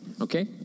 Okay